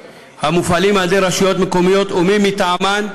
המופעלים על ידי רשויות מקומיות או מי מטעמן,